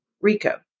Rico